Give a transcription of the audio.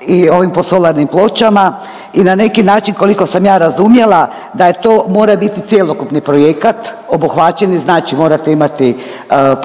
i ovim solarnim pločama i na neki način koliko sam ja razumjela da to mora biti cjelokupni projekat obuhvaćen i znači morate imati